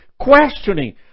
questioning